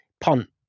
Punt